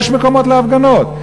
יש מקומות להפגנות.